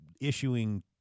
issuing